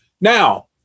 Now